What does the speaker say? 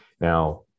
Now